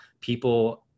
people